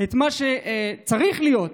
את מה שצריך להיות,